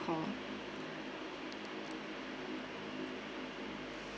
a call